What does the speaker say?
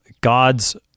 God's